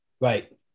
Right